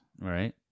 Right